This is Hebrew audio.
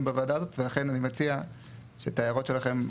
בוועדה הזאת ולכן אני מציע שאת ההערות שלכם,